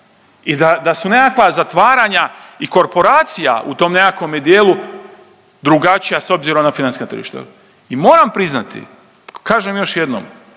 I da su nekakva zatvaranja i korporacija u tom nekakvom dijelu drugačija s obzirom na financijska tržišta. I moram priznati, kažem još jednom,